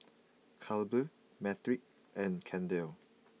Clabe Patric and Kendell